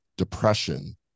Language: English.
depression